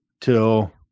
till